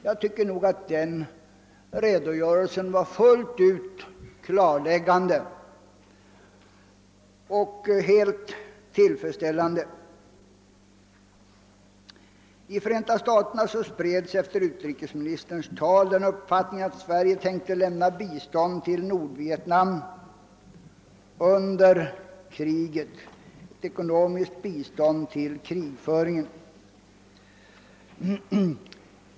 Jag tycker att den redogörelsen var fullt klarläggande och helt tillfredsställande. I Förenta staterna spreds efter utrikesministerns tal den uppfattningen, att Sverige tänkte lämna ett ekonomiskt bistånd till Nordvietnam under kriget till krigföringen.